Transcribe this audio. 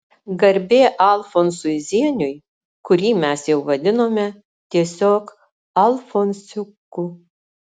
garbė alfonsui zieniui kurį mes jau vadinome tiesiog alfonsiuku